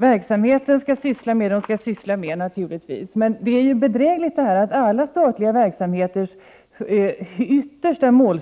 Man skall naturligtvis syssla med det som verksamheten går ut på, men det är bedrägligt att alla statliga verksamheters yttersta mål